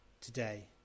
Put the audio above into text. today